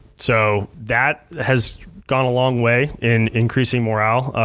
so, that has gone a long way in increasing morale.